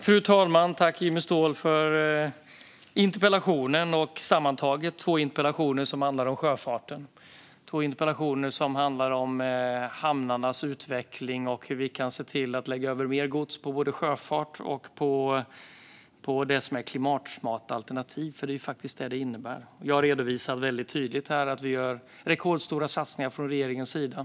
Fru talman! Tack, Jimmy Ståhl, för denna interpellation och sammantaget två interpellationer som handlar om sjöfarten. Det är två interpellationer som handlar om hamnarnas utveckling och hur vi kan se till att lägga över mer gods på sjöfart och det som är klimatsmarta alternativ. Det är faktiskt det som det innebär. Jag redovisar väldigt tydligt här att vi gör rekordstora satsningar från regeringens sida.